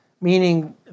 meaning